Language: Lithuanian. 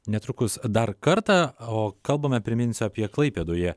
netrukus dar kartą o kalbame priminsiu apie klaipėdoje